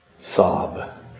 Sob